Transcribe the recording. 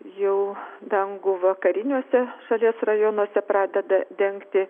jau dangų vakariniuose šalies rajonuose pradeda dengti